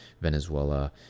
Venezuela